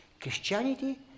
Christianity